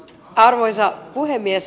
arvoisa puhemies